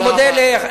אני מודה לחברים.